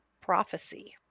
prophecy